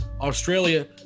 Australia